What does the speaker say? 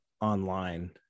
online